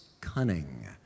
cunning